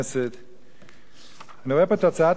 אני רואה פה את הצעת החוק ואני מניח שמכוונה